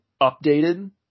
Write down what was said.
updated